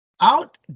out